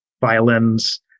violins